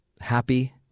happy